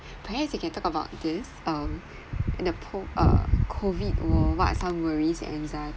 perhaps we can talk about this um in the po~ uh COVID world what's some worries and anxieties